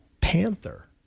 Panther